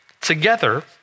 together